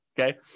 okay